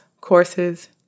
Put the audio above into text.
courses